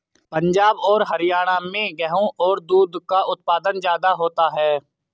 पंजाब और हरयाणा में गेहू और दूध का उत्पादन ज्यादा होता है